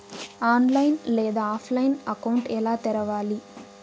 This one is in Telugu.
ఆన్లైన్ లేదా ఆఫ్లైన్లో అకౌంట్ ఎలా తెరవాలి